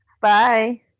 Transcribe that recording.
Bye